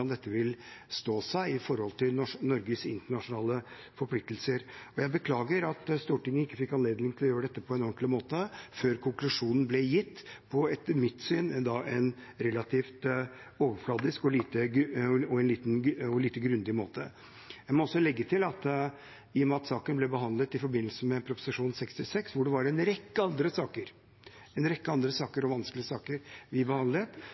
stå seg i forhold til Norges internasjonale forpliktelser. Jeg beklager at Stortinget ikke fikk anledning til å gjøre dette på en ordentlig måte før konklusjonen ble gitt, og etter mitt syn på en relativt overflatisk og lite grundig måte. Jeg må også legge til at i og med at saken ble behandlet i forbindelse med Prop. 66 L, hvor det var en rekke andre saker – en rekke andre saker og vanskelige saker – vi behandlet,